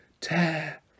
Tear